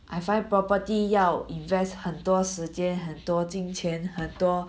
ah find property 要 invest 很多时间很多金钱很多